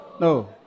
No